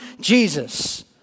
Jesus